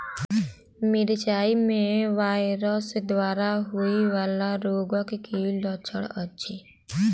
मिरचाई मे वायरस द्वारा होइ वला रोगक की लक्षण अछि?